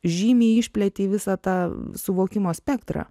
žymiai išplėtei visą tą suvokimo spektrą